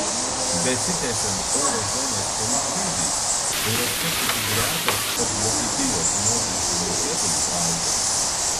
besitęsiant euro zonos skolų krizei euroskeptikų gretos tarp vokietijos mokesčių mokėtojų auga